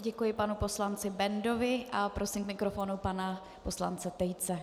Děkuji panu poslanci Bendovi a prosím k mikrofonu pana poslance Tejce.